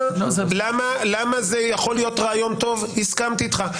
למה זה יכול להיות רעיון טוב, הסכמתי איתך.